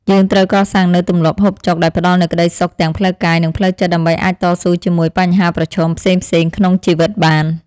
យើងត្រូវកសាងនូវទម្លាប់ហូបចុកដែលផ្តល់នូវក្តីសុខទាំងផ្លូវកាយ និងផ្លូវចិត្តដើម្បីអាចតស៊ូជាមួយបញ្ហាប្រឈមផ្សេងៗក្នុងជីវិតបាន។